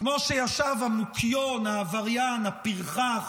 כמו שישב המוקיון, העבריין, הפרחח,